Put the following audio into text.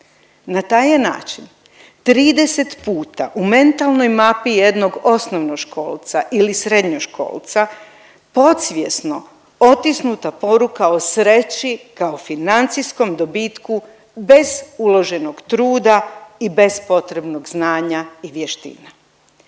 Na taj je način 30 puta u mentalnoj mapi jednog osnovnoškolca ili srednjoškolca podsvjesno otisnuta poruka o sreći kao financijskom dobitku bez uloženog truda i bez potrebnog znanja i vještina.